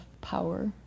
power